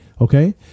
okay